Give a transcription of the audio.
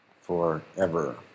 forever